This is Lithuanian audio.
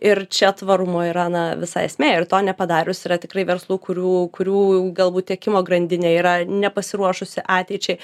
ir čia tvarumo yra na visa esmė ir to nepadarius yra tikrai verslų kurių kurių galbūt tiekimo grandinė yra nepasiruošusi ateičiai